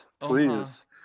Please